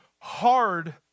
hard